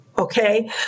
Okay